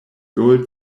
gold